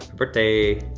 birthday.